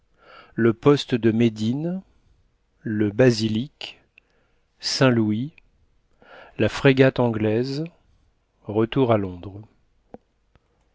le poste de médine le basilic saint-louis la frégate anglaise retour à londres